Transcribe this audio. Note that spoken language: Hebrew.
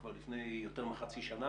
כבר לפני יותר מחצי שנה,